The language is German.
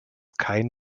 kein